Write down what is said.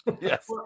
Yes